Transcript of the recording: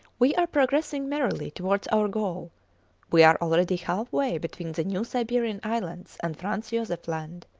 we are progressing merrily towards our goal we are already half-way between the new siberian islands and franz josef land,